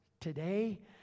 today